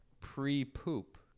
pre-poop